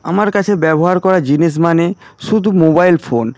আমার কাছে ব্যবহার করা জিনিস মানেই শুধু মোবাইল ফোন